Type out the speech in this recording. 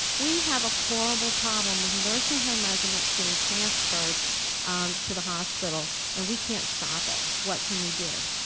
we have a horrible problem with nursing home residents getting transferred to the hospital, and we can't stop it. what can we do?